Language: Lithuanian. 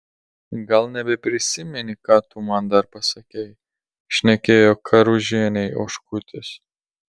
gal nebeprisimeni ką tu man dar pasakei šnekėjo karužienei oškutis